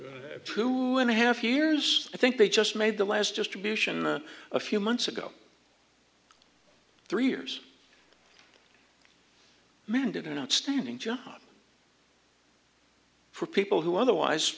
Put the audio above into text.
work and a half years i think they just made the last distribution a few months ago three years man did an outstanding job for people who otherwise